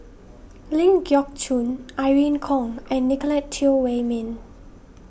Ling Geok Choon Irene Khong and Nicolette Teo Wei Min